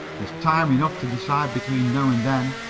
there's time enough to decide between now and then.